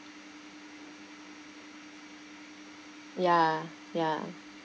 ya ya